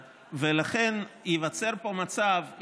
ולכן ייווצר פה מצב,